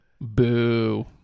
Boo